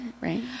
right